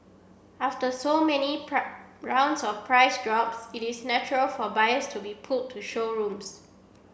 after so many rounds of price drops it is natural for buyers to be pulled to showrooms